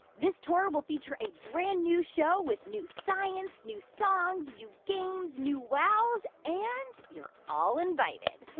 this tour will feature a brand-new show with new science, new songs, new games, new wows. and you're all invited